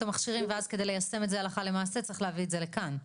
המכשירים ואז כדי ליישם את זה הלכה למעשה צריך להביא את זה לכאן.